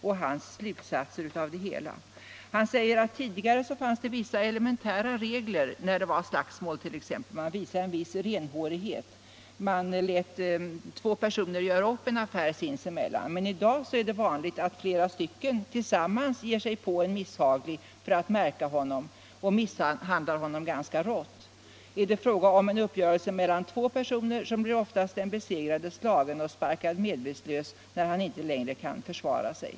Den här yrkesskolerektorn säger att tidigare fanns det vissa elementära regler vid ett slagsmål t.ex. — man visade en viss renhårighet, man lät två personer göra upp en affär sinsemellan. Men i dag är det vanligt att flera tillsammans ger sig på en misshaglig person för att märka honom och misshandlar honom ganska rått. Är det fråga om en uppgörelse mellan två personer blir oftast den besegrade slagen och sparkad medvetslös när han inte längre kan försvara sig.